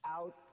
out